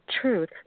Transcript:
truth